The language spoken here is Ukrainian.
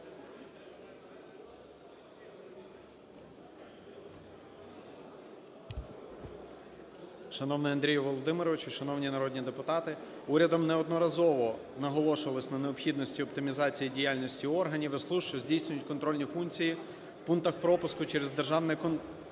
Шановний Андрію Володимировичу, шановні народні депутати, урядом неодноразово наголошувалось на необхідності оптимізації діяльності органів і служб, що здійснюють контрольні функції в пунктах пропуску через державний кордон